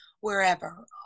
wherever